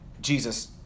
Jesus